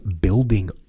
building